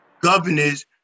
governors